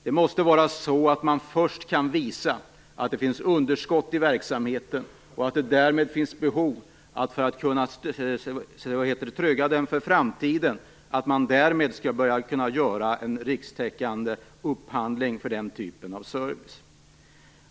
Det måste vara så att man först kan visa att det finns underskott i verksamheten och att det finns behov av att göra en rikstäckande upphandling för den typen av service, för att kunna trygga den för framtiden.